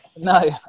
no